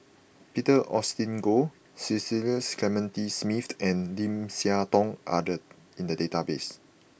Peter Augustine Goh Cecil Clementi Smith and Lim Siah Tong are in the database